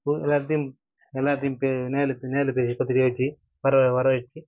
எல்லாத்தையும் எல்லாத்தையும் நேரில் பத்திரிக்கை வச்சு வர வர வச்சு